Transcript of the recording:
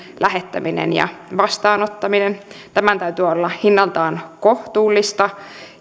lähettäminen ja vastaanottaminen tämän täytyy olla hinnaltaan kohtuullista